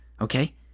okay